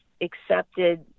accepted